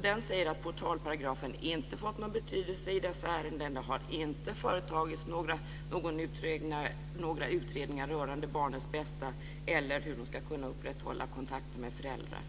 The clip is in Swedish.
Den säger att portalparagrafen inte fått någon betydelse i dessa ärenden. Det har inte företagits några utredningar rörande barnens bästa eller hur de ska kunna upprätthålla kontakten med föräldrarna.